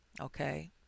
okay